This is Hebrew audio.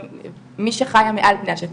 מי שחי מעל פני השטח,